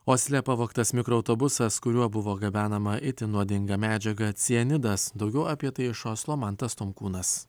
osle pavogtas mikroautobusas kuriuo buvo gabenama itin nuodinga medžiaga cianidas daugiau apie tai iš oslo mantas tomkūnas